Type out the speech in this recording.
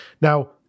Now